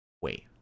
wait